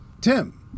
Tim